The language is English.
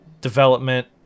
development